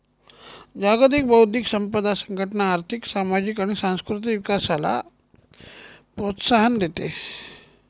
जागतिक बौद्धिक संपदा संघटना आर्थिक, सामाजिक आणि सांस्कृतिक विकासाला प्रोत्साहन देते